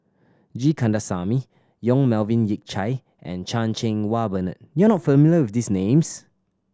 G Kandasamy Yong Melvin Yik Chye and Chan Cheng Wah Bernard you are not familiar with these names